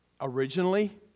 originally